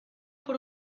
por